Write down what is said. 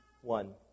one